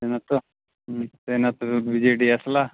ସେନ ତ ସେନ ତ ବି ଜେ ଡ଼ି ଆସିଲା